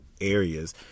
areas